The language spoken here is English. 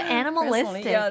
animalistic